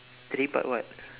three part what